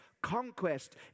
conquest